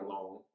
alone